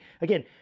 Again